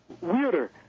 weirder